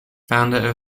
founder